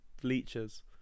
bleachers